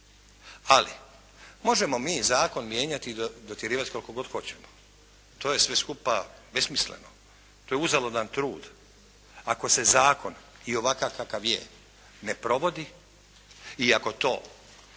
Ali možemo mi zakon mijenjati i dotjerivati koliko god hoćemo, to je sve skupa besmisleno. To je uzaludan trud. Ako se zakon i ovakav kakav je ne provodi i ako to